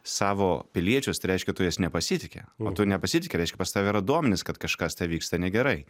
savo piliečius tai reiškia tu jais nepasitiki o tu nepasitiki reiškia pas tave yra duomenys kad kažkas tai vyksta negerai